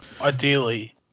ideally